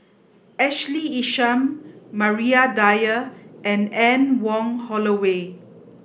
Ashley Isham Maria Dyer and Anne Wong Holloway